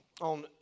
on